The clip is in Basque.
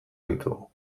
ditugu